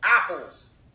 apples